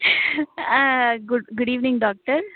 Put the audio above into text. good good evening doctor